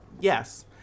Yes